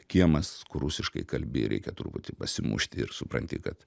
kiemas kur rusiškai kalbi ir reikia truputį pasimušti ir supranti kad